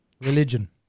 religion